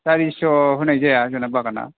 सारिस' होनाय जाया जोंना बागाना